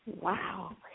wow